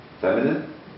Feminine